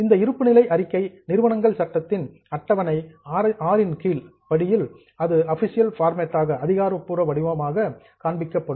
இந்த இருப்பு நிலை அறிக்கை நிறுவனங்கள் சட்டத்தின் அட்டவணை VI இன் படி அபிஷியல் ஃபார்மேட் அதிகாரபூர்வ வடிவமாகும்